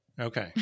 Okay